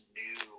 new